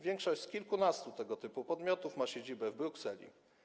Większość z kilkunastu tego typu podmiotów ma siedzibę w Brukseli.